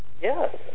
yes